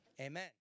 Amen